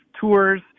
tours